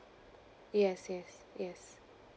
yes yes yes